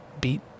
beat